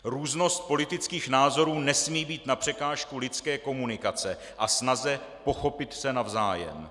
Různost politických názorů nesmí být na překážku lidské komunikace a snaze pochopit se navzájem.